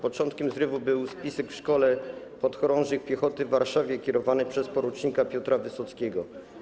Początkiem zrywu był spisek w Szkole Podchorążych Piechoty w Warszawie kierowany przez por. Piotra Wysockiego.